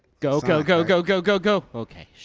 go, go, go, go, go, go, go! okay,